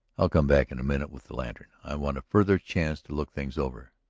i'll come back in a minute with the lantern i want a further chance to look things over.